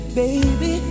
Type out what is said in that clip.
baby